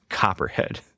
Copperhead